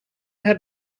had